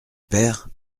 père